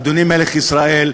אדוני מלך ישראל,